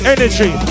Energy